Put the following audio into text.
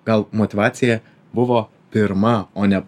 gal motyvacija buvo pirma o ne